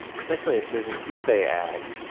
there's actually, there's an ebay ad.